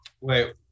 Wait